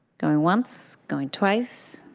going once, going twice.